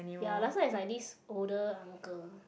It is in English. ya last time it's like this older uncle